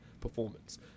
performance